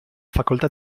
facoltà